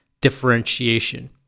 differentiation